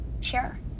Sure